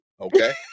okay